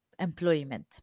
employment